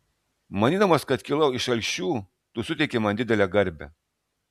manydamas kad kilau iš alšių tu suteiki man didelę garbę